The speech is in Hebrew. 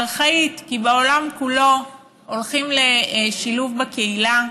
ארכאית, כי בעולם כולו הולכים לשילוב בקהילה.